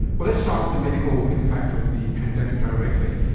well, let's start with the medical impact of the pandemic directly.